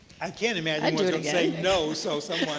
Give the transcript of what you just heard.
i can't imagine who's going to say no. so so